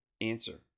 Answer